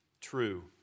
true